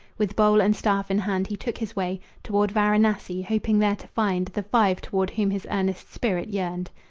with bowl and staff in hand he took his way toward varanassi, hoping there to find the five toward whom his earnest spirit yearned.